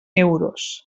euros